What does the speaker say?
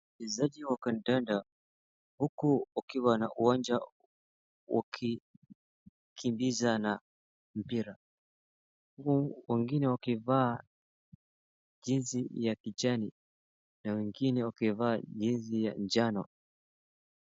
wachezaji wa kandanda huku wakiwa na uwaja wakikimbizana na mpira huku wengine wakivaa jezi ya kijani na wengine wakivaa jezi ya manjano.